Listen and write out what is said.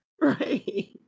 right